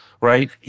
Right